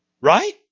right